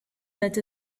that